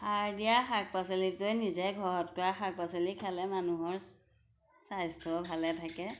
সাৰ দিয়া শাক পাচলিতকৈ নিজে ঘৰত কৰা শাক পাচলি খালে মানুহৰ স্বাস্থ্য ভালে থাকে